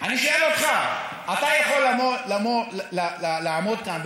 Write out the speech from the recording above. אתה יכול לעמוד כאן,